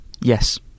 yes